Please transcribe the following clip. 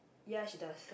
ya she does